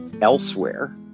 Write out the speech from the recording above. elsewhere